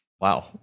Wow